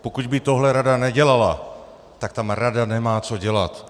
Pokud by tohle rada nedělala, tak tam rada nemá co dělat!